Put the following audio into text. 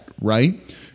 Right